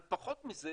על פחות מזה